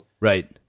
Right